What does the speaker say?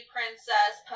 Princess